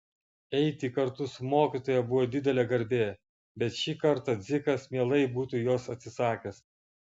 eiti kartu su mokytoja buvo didelė garbė bet šį kartą dzikas mielai būtų jos atsisakęs